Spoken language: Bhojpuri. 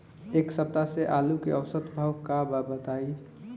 एक सप्ताह से आलू के औसत भाव का बा बताई?